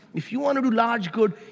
if you want to do large good,